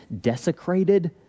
desecrated